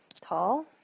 Tall